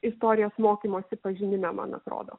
istorijos mokymosi pažinime man atrodo